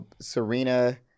Serena